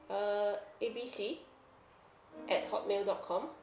uh A B C at hotmail dot com